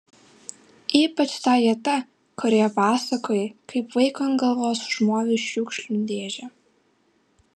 ypač ta vieta kurioje pasakoji kaip vaikui ant galvos užmovei šiukšlių dėžę